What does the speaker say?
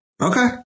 Okay